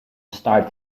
start